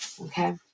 Okay